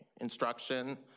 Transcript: instruction